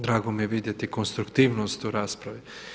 Drago mi je vidjeti konstruktivnost u raspravi.